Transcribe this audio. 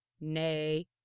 nay